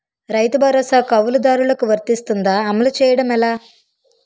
రైతు భరోసా కవులుదారులకు వర్తిస్తుందా? అమలు చేయడం ఎలా